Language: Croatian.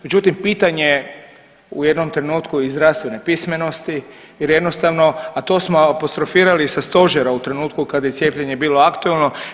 Međutim, pitanje je u jednom trenutku i zdravstvene pismenosti jer jednostavno, a to smo apostrofirali i sa Stožera u trenutku kada je cijepljenje bilo aktualno.